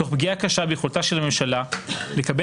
תוך פגיעה קשה ביכולתה של הממשלה לקבל